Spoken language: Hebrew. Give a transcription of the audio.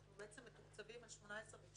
אנחנו מתוקצבים על 2018 ו-2019